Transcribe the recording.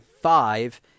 five